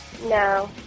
No